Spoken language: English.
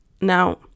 Now